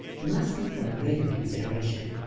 must be for a later consideration.